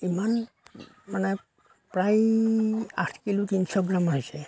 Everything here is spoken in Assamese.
ইমান মানে প্ৰায় আঠ কিলো তিনিশ গ্ৰামমান হৈছে